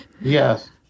Yes